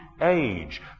age